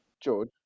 George